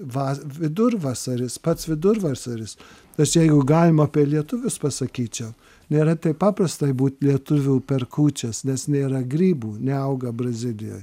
va vidurvasaris pats vidurvasaris tai čia jeigu galima apie lietuvius pasakyčiau nėra taip paprasta būt lietuviu per kūčias nes nėra grybų neauga brazilijoj